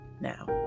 now